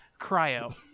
cryo